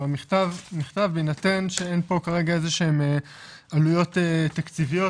המכתב נכתב בהינתן שאין פה כרגע איזשהם עלויות תקציביות